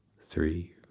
three